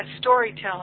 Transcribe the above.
storytelling